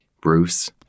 Bruce